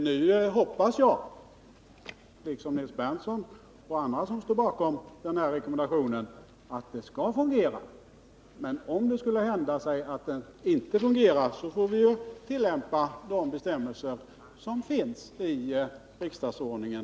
Nu hoppas jag, liksom Nils Berndtson och andra som står bakom rekommendationen, att det skall fungera. Men om rekommendationen inte skulle fungera får vi tillämpa de bestämmelser som finns i riksdagsordningen.